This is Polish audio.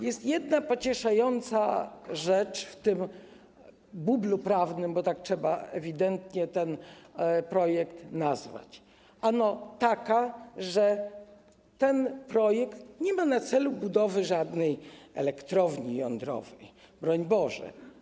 Jest jedna pocieszająca rzecz w tym bublu prawnym, bo tak trzeba ewidentnie ten projekt nazwać, ano taka, że nie ma on na celu budowy żadnej elektrowni jądrowej, broń Boże.